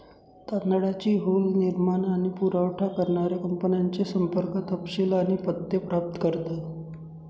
तांदळाची हुल निर्माण आणि पुरावठा करणाऱ्या कंपन्यांचे संपर्क तपशील आणि पत्ते प्राप्त करतात